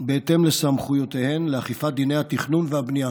בהתאם לסמכויותיהן לאכיפת דיני התכנון והבנייה,